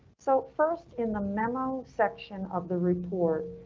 so first in the memo section of the report,